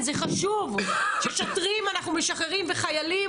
חשוב שאנחנו משחררים שוטרים וחיילים